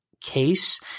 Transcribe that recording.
case